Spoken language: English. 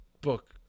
book